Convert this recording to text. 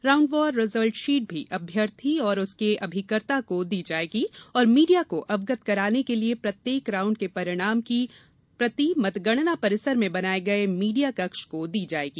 राउण्डवार result sheet भी अभ्यर्थी और उसके अभिकर्ता को दी जायेगी और मीडिया को अवगत कराने के लिये प्रत्येक राउंड के परिणाम की प्रति मतगणना परिसर में बनाये गये मीडिया कक्ष को दी जायेगी